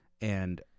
and-